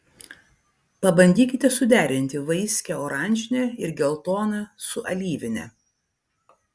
pabandykite suderinti vaiskią oranžinę ir geltoną su alyvine